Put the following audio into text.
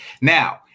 Now